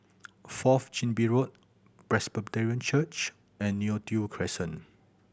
Fourth Chin Bee Road Presbyterian Church and Neo Tiew Crescent